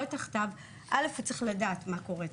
תחתיו הוא צריך לדעת מה קורה תחתיו.